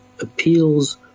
appeals